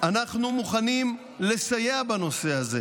אנחנו מוכנים לסייע בנושא הזה,